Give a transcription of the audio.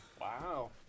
Wow